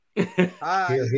Hi